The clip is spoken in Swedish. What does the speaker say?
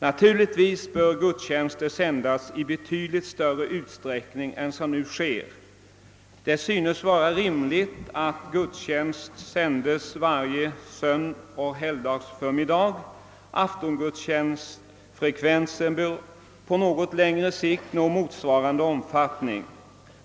Naturligtvis bör gudstjänster sändas i betydligt större utsträckning än som nu sker. Det synes vara rimligt att gudstjänst sändes varje sönoch helgdagsförmiddag. Aftongudstjänstfrekvensen bör på något längre sikt nå motsvarande omfattning.